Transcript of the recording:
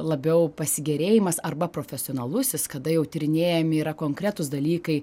labiau pasigėrėjimas arba profesionalusis kada jau tyrinėjami yra konkretūs dalykai